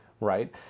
right